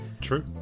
true